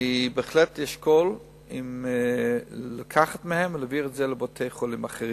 אני בהחלט אשקול אם לקחת מהם ולהעביר את זה לבתי-חולים אחרים.